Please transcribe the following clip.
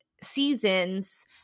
Seasons